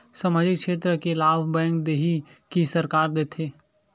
सामाजिक क्षेत्र के लाभ बैंक देही कि सरकार देथे?